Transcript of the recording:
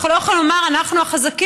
אנחנו לא יכולים לומר: אנחנו החזקים,